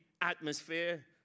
atmosphere